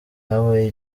habaye